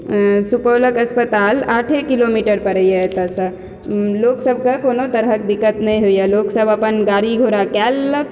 आँ सुपौलक अस्पताल आठे किलोमीटर पड़ैए एतए से लोक सभ के कोनो तरहक दिक्कत नहि होइए लोक सभ अपन गाड़ी घोड़ा कए लेलक